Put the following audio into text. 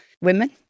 women